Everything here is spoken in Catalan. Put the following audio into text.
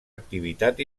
activitat